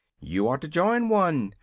you ought to join one,